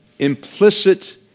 implicit